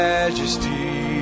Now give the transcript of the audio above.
Majesty